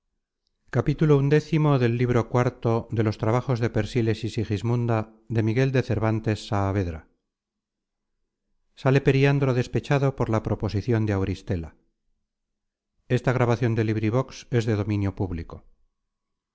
sale periandro despechado por la proposicion de auristela